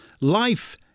life